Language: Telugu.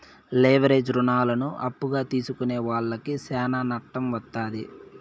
లెవరేజ్ రుణాలను అప్పుగా తీసుకునే వాళ్లకి శ్యానా నట్టం వత్తాది